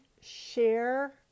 share